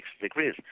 degrees